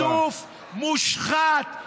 חצוף, מושחת.